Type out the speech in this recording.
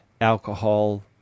alcohol